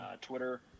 Twitter